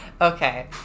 Okay